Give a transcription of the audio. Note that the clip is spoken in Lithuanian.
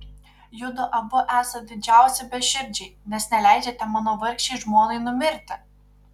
judu abu esat didžiausi beširdžiai nes neleidžiate mano vargšei žmonai numirti